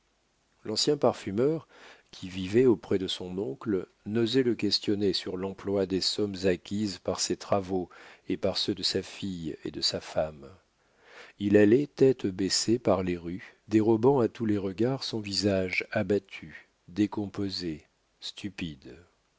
l'ancien parfumeur qui vivait auprès de son oncle n'osait le questionner sur l'emploi des sommes acquises par ses travaux et par ceux de sa fille et de sa femme il allait tête baissée par les rues dérobant à tous les regards son visage abattu décomposé stupide